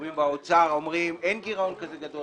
גורמים באוצר אומרים שאין גירעון כזה גדול.